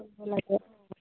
যাব লাগে অঁ